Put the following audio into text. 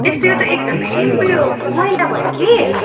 एकातिर त एकदमै उयो मैला भयो कि